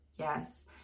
Yes